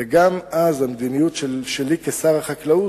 וגם אז המדיניות שלי, כשר החקלאות,